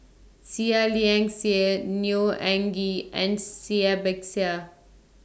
Seah Liang Seah Neo Anngee and Cai Bixia